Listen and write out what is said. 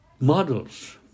Models